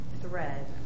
thread